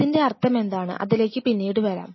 അതിന്റെ അർത്ഥമെന്താണ് അതിലേക്കു പിന്നീട് വരാം